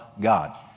God